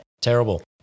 terrible